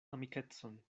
amikecon